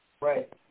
Right